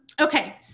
Okay